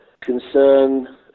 concern